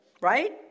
right